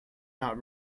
not